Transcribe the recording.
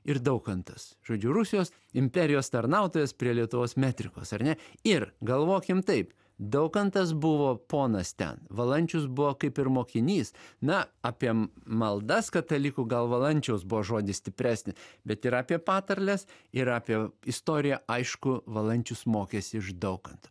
ir daukantas žodžiu rusijos imperijos tarnautojas prie lietuvos metrikos ar ne ir galvokim taip daukantas buvo ponas ten valančius buvo kaip ir mokinys na apie maldas katalikų gal valančiaus buvo žodis stipresnis bet ir apie patarles ir apie istoriją aišku valančius mokėsi iš daukanto